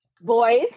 Boys